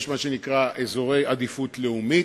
יש מה שנקרא "אזורי עדיפות לאומית"